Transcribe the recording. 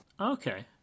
okay